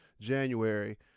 January